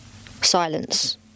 silence